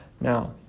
Now